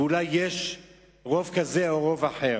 ואולי יש רוב כזה או רוב אחר.